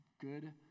good